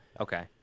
Okay